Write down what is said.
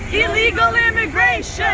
illegal immigration!